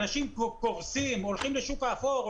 אנשים פה קורסים, הולכים לשוק האפור.